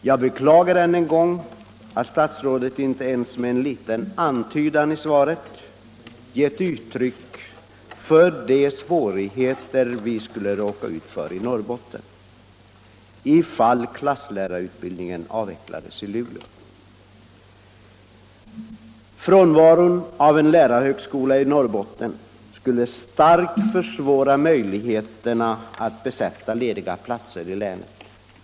Jag beklagar än en gång att statsrådet inte ens med en liten antydan i svaret gett uttryck för de svårigheter vi skulle råka ut för i Norrbotten om klasslärarutbildningen avvecklades i Luleå. Frånvaron av en lärarhögskola i Norrbotten skulle starkt försvåra möjligheterna att besätta lediga platser i länet.